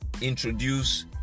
introduce